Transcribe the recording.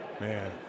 Man